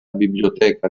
biblioteca